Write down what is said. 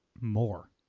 more